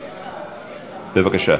בבקשה.